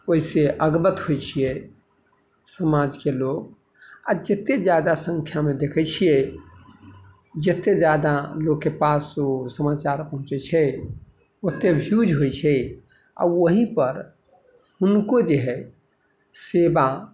ओइसँ अवगत होइ छियै समाजके लोक आओर जते जादा सङ्ख्यामे देखै छियै जते जादा लोकके पास ओ समाचार पहुँचै छै ओते व्यूज होइ छै आओर ओहीपर हुनको जे है सेवा